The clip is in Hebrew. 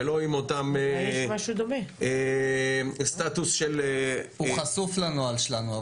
ולא עם אותו סטטוס של --- הוא חשוף לנוהל שלנו.